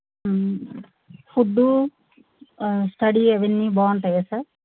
food study అవన్నీ బాగుంటాయి sir